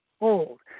old